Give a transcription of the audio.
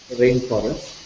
rainforest